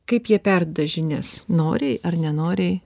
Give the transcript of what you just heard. kaip jie perduoda žinias noriai ar nenoriai